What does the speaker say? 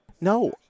No